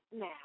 now